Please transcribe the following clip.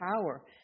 power